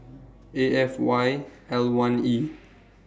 A F Y one E